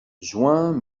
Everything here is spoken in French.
juin